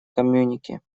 коммюнике